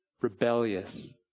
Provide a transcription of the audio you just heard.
rebellious